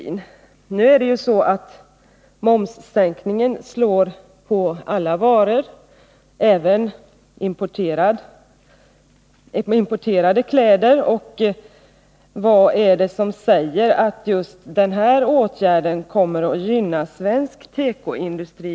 Men det är ju så att momssänkningen genomförs för alla varor, även för importerade kläder, och mot den bakgrunden frågar man sig vad det är som säger att just den åtgärden kommer att gynna svensk tekoindustri.